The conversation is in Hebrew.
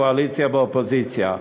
קואליציה ואופוזיציה.